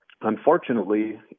Unfortunately